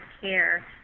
care